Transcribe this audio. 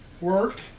work